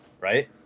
right